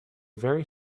very